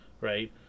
right